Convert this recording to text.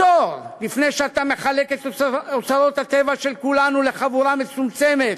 עצור לפני שאתה מחלק את אוצרות הטבע של כולנו לחבורה מצומצמת